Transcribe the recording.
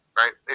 right